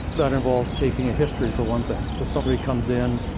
that involves taking a history, for one thing. so somebody comes in,